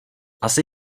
asi